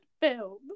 film